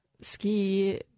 ski